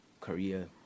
career